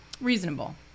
reasonable